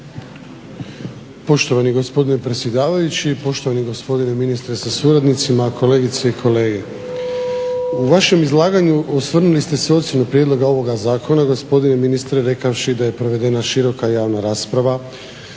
Poštovani gospodine predsjedavajući, poštovani gospodine ministre sa suradnicima, kolegice i kolege. U vašem izlaganju osvrnuli ste se na ocjenu prijedloga ovoga zakona gospodine ministre rekavši da je provedena široka javna rasprava,